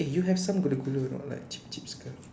eh you have some gula-gula or not like cheap cheap ke